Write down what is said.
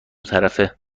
طرفه